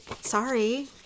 sorry